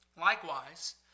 Likewise